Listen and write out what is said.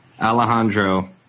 Alejandro